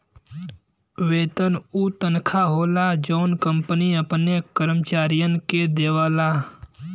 वेतन उ तनखा होला जौन कंपनी अपने कर्मचारियन के देवला